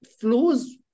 flows